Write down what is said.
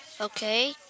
Okay